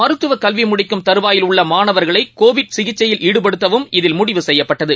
மருத்துவக் கல்விமுடிக்கும் தருவாயில் உள்ளமாணவர்களைகோவிட் சிகிச்சையில் ஈடுபடுத்தவும் இதில் முடிவு செய்யப்பட்டது